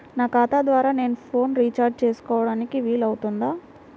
నా ఖాతా ద్వారా నేను ఫోన్ రీఛార్జ్ చేసుకోవడానికి వీలు అవుతుందా?